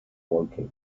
woking